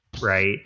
right